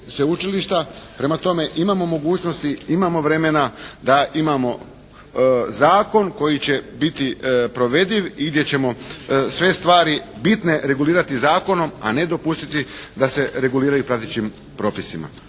Prema tome imamo mogućnosti, imamo vremena da imamo zakon koji će biti provediv i gdje ćemo sve stvari bitne regulirati zakonom, a ne dopustiti da se reguliraju pratećim propisima.